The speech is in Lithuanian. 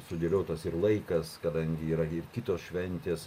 sudėliotas ir laikas kadangi yra ir kitos šventės